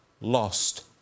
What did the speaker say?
lost